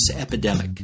epidemic